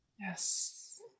Yes